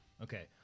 Okay